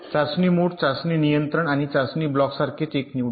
चाचणी मोड चाचणी नियंत्रण आणि चाचणी ब्लॉकसारखेच एक निवडा